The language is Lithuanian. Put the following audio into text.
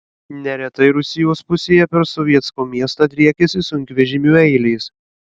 neretai rusijos pusėje per sovetsko miestą driekiasi sunkvežimių eilės